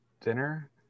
dinner